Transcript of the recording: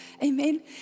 Amen